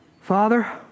Father